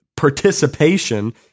participation